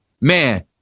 man